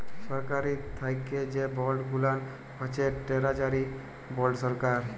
সরকারি থ্যাকে যে বল্ড গুলান হছে টেরজারি বল্ড সরকার